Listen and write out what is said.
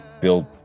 build